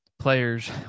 players